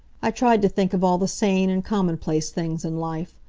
i tried to think of all the sane and commonplace things in life.